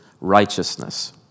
righteousness